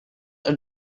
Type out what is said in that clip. are